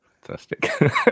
fantastic